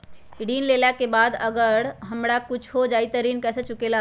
ऋण लेला के बाद अगर हमरा कुछ हो जाइ त ऋण कैसे चुकेला?